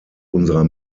unserer